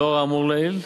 לאור האמור לעיל,